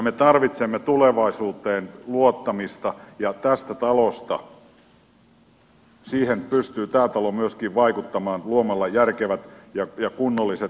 me tarvitsemme tulevaisuuteen luottamista ja siihen pystyy tämä talo myöskin vaikuttamaan luomalla järkevät ja kunnolliset palkitsemisohjeet